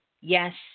yes